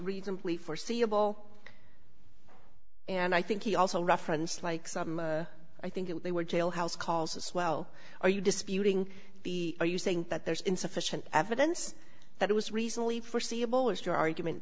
reasonably foreseeable and i think he also referenced like some i think it they were jailhouse calls as well are you disputing the are you saying that there's insufficient evidence that it was recently forseeable is your argument